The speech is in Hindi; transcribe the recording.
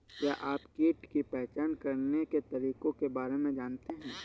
क्या आप कीट की पहचान करने के तरीकों के बारे में जानते हैं?